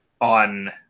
on